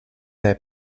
their